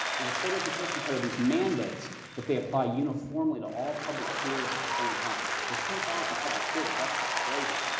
and the state education code are these mandates that they apply uniformly to all public schools at the same time. there's ten thousand public schools. that's just crazy.